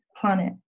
planet